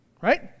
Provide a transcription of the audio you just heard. right